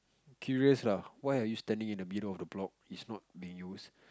curious lah why are you standing in the middle of the block is not being used